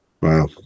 wow